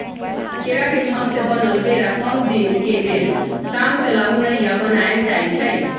केरा के थम से बनल बेरा कम दीनके लेल कामचलाउ नइया बनाएल जाइछइ